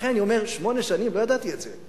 ולכן אני אומר, שמונה שנים, לא ידעתי את זה.